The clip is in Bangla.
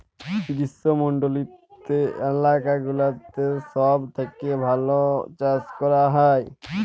গ্রীস্মমন্ডলিত এলাকা গুলাতে সব থেক্যে ভাল চাস ক্যরা হ্যয়